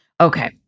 Okay